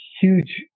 huge